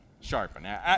Sharpen